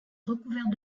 recouverts